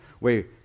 wait